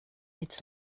its